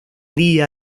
día